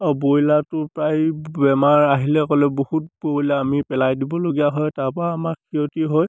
আৰু ব্ৰইলাৰটো প্ৰায় বেমাৰ আহিলে ক'লে বহুত ব্ৰইলাৰ আমি পেলাই দিবলগীয়া হয় তাৰপৰা আমাক ক্ষতি হয়